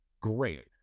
great